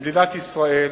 במדינת ישראל